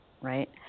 right